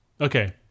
Okay